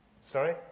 Sorry